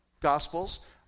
Gospels